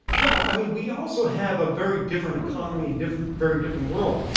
well, i mean, we also have a very different economy and different very different world.